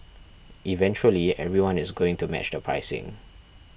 eventually everyone is going to match the pricing